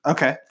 Okay